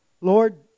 Lord